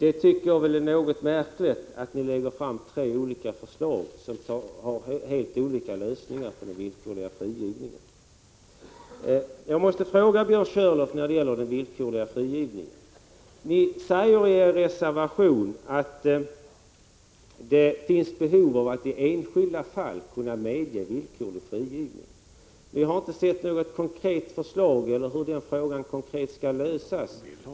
Jag tycker att det är märkligt att ni lägger fram tre olika förslag med helt olika lösningar beträffande villkorlig frigivning. Jag måste ta upp en sak, Björn Körlof, när det gäller den villkorliga frigivningen. Ni säger i er reservation att det finns behov av att i enskilda fall kunna medge villkorlig frigivning. Vi har inte fått något förslag till hur den frågan konkret skall lösas.